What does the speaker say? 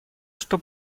что